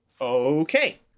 Okay